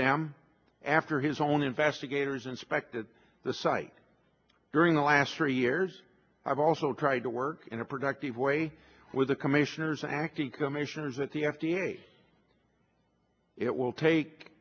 them after his own investigators inspected the site during the last three years i've also tried to work in a productive way with the commissioners acting commissioners at the f d a it will take